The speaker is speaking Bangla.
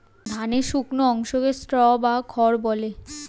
ধানের শুকনো অংশকে স্ট্র বা খড় বলে